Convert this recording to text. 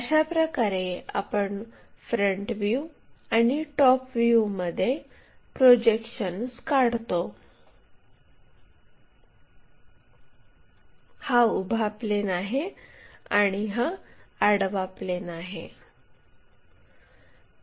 अशाप्रकारे आपण front view आणि टॉप व्ह्यूमध्ये प्रोजेक्शन्स काढतो हा उभा प्लेन आहे हा आडवा प्लेन आहे